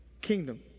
kingdom